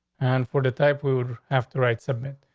and for the type we would have to write something.